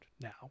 now